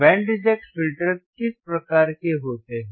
band reject filter किस प्रकार के होते हैं